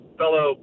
fellow